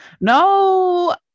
No